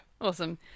Awesome